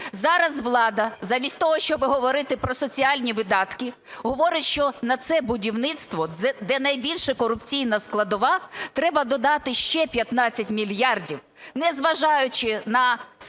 Зараз влада замість того, щоб говорити про соціальні видатки, говорить, що на це будівництво, де найбільша корупційна складова, треба додати ще 15 мільярдів, незважаючи на стан